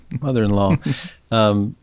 mother-in-law